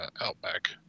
Outback